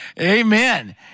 Amen